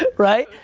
ah right?